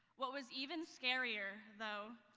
what was even scarier, though,